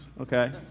okay